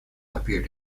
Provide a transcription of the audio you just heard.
appeared